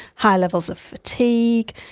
high levels of fatigue,